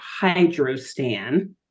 Hydrostan